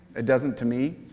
it doesn't to me.